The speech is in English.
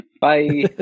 Bye